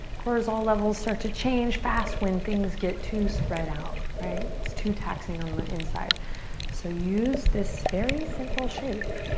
cortisol levels start to change fast when things get too spread out. right? it's too taxing on the inside so use this very simple shape